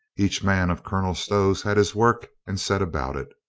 each man of colonel stow's had his work and set about it.